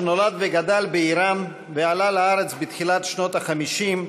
שנולד וגדל באיראן ועלה לארץ בתחילת שנות ה-50,